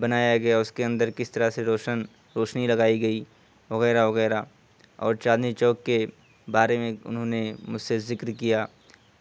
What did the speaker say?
بنایا گیا اس کے اندر کس طرح سے روشن روشنی لگائی گئی وغیرہ وغیرہ اور چاندنی چوک کے بارے میں انہوں نے مجھ ذکر کیا